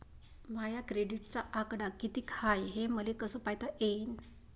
माया क्रेडिटचा आकडा कितीक हाय हे मले कस पायता येईन?